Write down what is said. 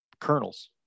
Kernels